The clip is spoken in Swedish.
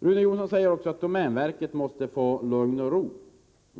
Rune Jonsson säger också att domänverket måste få lugn och ro.